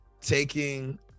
taking